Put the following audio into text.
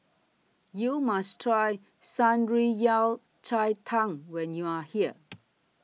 YOU must Try Shan Rui Yao Cai Tang when YOU Are here